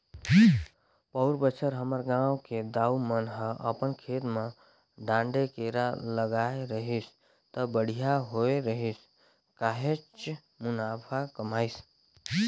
पउर बच्छर हमर गांव के दाऊ मन ह अपन खेत म डांड़े केरा लगाय रहिस त बड़िहा होय रहिस काहेच मुनाफा कमाइस